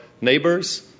neighbors